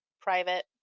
private